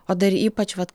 o dar ypač vat